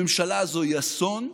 הממשלה הזו היא אסון,